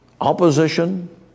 opposition